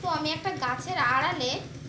তো আমি একটা গাছের আড়ালে